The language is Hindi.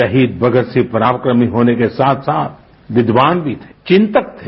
शहीद भगतसिंह पराक्रमी होने के साथ साथ विद्वान भी थे चिन्तक थे